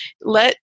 let